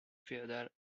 féodale